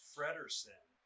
Frederson